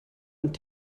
und